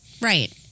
Right